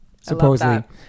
supposedly